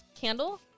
Candle